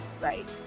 right